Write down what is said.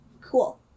Cool